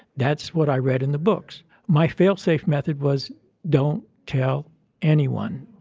that's what i read in the books. my fail-safe method was don't tell anyone.